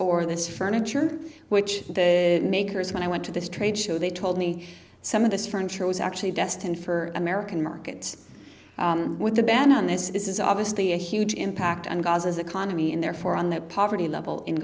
or this furniture which the makers when i went to this trade show they told me some of this french was actually destined for american markets with the ban on this is obviously a huge impact on gaza's economy and therefore on the poverty level in